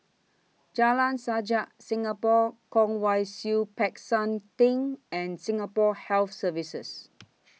Jalan Sajak Singapore Kwong Wai Siew Peck San Theng and Singapore Health Services